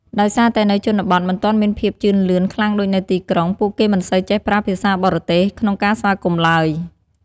ដោយសារតែនៅជនបទមិនទាន់មានភាពជឿនលឿនខ្លាំងដូចនៅទីក្រុង ពួកគេមិនសូវចេះប្រើ ភាសាបរទេស ក្នុងការស្វាគមន៍ឡើយ។